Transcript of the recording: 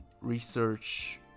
research